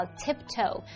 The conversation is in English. tiptoe